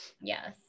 yes